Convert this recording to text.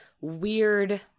weird